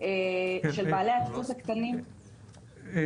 של בעלי הדפוס הקטנים --- גברתי,